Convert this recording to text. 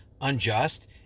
unjust